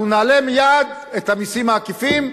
אנחנו נעלה מייד את המסים העקיפים,